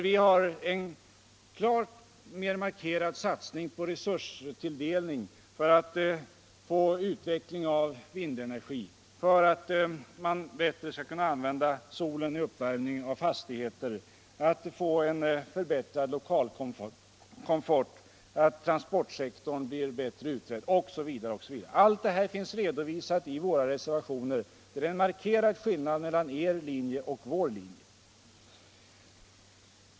Vi har en klart mer markerad satsning på resurstilldelning för utveckling av vindenergi, för att man bättre skall kunna använda solenergin i uppvärmningen av fastigheter, beträffande forskning rörande energianvändning för lokalkomfort, och för ett energisnålare transportarbete osv. Allt detta finns redovisat i våra reservationer. Det är alltså en markerad skillnad mellan er linje och vår linje.